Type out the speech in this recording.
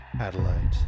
Adelaide